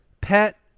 pet